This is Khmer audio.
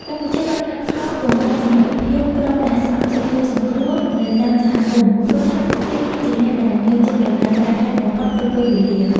កម្ពុជាបានខិតខំពង្រឹងសមត្ថភាពក្រុមអ្នកស្ម័គ្រចិត្តជួយសង្គ្រោះនៅតាមសហគមន៍ ព្រោះថាពួកគេគឺជាអ្នកដែលនៅជិតកន្លែងកើតហេតុបំផុតគ្រប់ពេលវេលា។